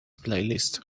playlist